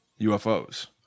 UFOs